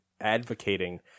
advocating